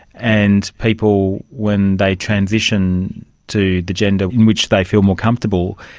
and people when they transition to the gender in which they feel more comfortable,